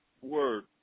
word